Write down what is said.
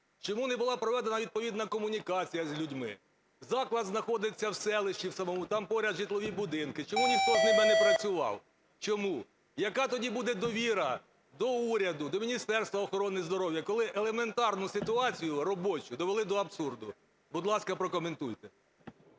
Чому не була проведена відповідна комунікація з людьми? Заклад знаходиться в селищі в самому, там поряд житлові будинки, чому ніхто з ними не працював? Ч ому? Яка тоді буде довіра до уряду, до Міністерства охорони здоров'я, коли елементарну ситуацію робочу довели до абсурду? Будь ласка, прокоментуйте.